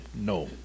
No